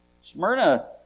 Smyrna